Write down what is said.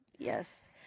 Yes